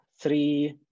three